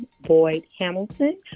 Boyd-Hamilton